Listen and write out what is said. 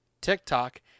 TikTok